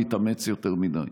להתאמץ יותר מדי.